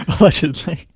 Allegedly